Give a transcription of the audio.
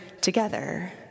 together